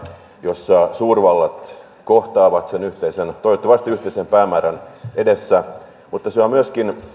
jossa suurvallat kohtaavat sen yhteisen toivottavasti yhteisen päämäärän edessä mutta se on myöskin